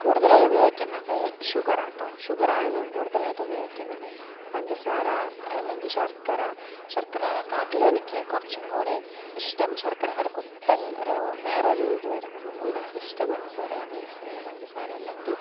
കൂടുതലായി ഉപയോഗിക്കുന്നത് ഷുഗറാ കേട്ടൊ ഷുഗറാണ് ഞാൻ കൂടുതലായിട്ട് ഉപയോഗിക്കുന്നത് പഞ്ചസാര അല്ലെങ്കിൽ ശർക്കര ശർക്കരേനെകാട്ടിലും എനിക്ക് കുറച്ചും കൂടി ഇഷ്ട്ടം ശർക്കരയ്ക്കൊരു കുത്തൽ ഒരു വേറൊരു ഇത് വരും അതിലും എനിക്കിഷ്ട്ടം പഞ്ചസാരയാണ് യൂസ് ചെയ്യുന്നത് പഞ്ചസാര അല്ലെങ്കിൽ